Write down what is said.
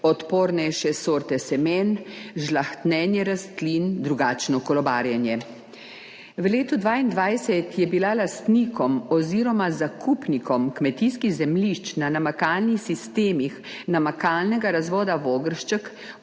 odpornejše sorte semen, žlahtnjenje rastlin, drugačno kolobarjenje. V letu 2022 je bila lastnikom oziroma zakupnikom kmetijskih zemljišč na namakalnih sistemih namakalnega razvoda Vogršček